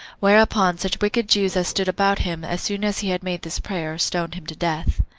whereupon such wicked jews as stood about him, as soon as he had made this prayer, stoned him to death.